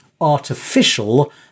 artificial